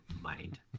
mind